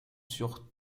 sur